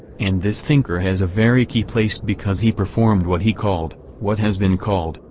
and this thinker has a very key place because he performed what he called, what has been called,